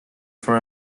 for